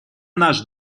наш